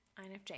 INFJ